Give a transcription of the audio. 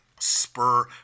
spur